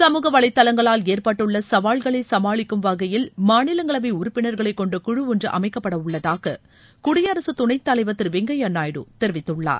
சமூக வளைதளங்களால் ஏற்பட்டுள்ள சவால்களை சமாளிக்கும் வகையில் மாநிலங்களவை உறுப்பினர்களை கொண்ட குழு ஒன்று அமைக்கப்பட உள்ளதாக குடியரசுத் துணைத் தலைவர் திரு வெங்கையா நாயுடு தெரிவித்துள்ளார்